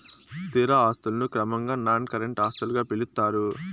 స్థిర ఆస్తులను క్రమంగా నాన్ కరెంట్ ఆస్తులుగా పిలుత్తారు